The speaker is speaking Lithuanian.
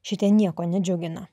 šitie nieko nedžiugina